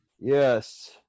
Yes